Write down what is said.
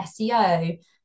SEO